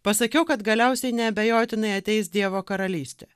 pasakiau kad galiausiai neabejotinai ateis dievo karalystė